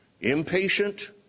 impatient